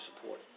support